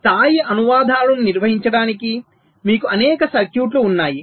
స్థాయి అనువాదాలను నిర్వహించడానికి మీకు అనేక సర్క్యూట్లు ఉన్నాయి